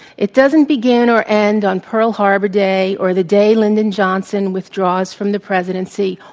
it doesn't begin or end on pearl harbor day or the day lyndon johnson withdraws from the presidency,